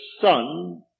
Son